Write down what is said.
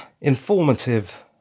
informative